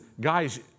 guys